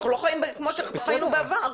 אנחנו לא חיים כמו שחיינו בעבר.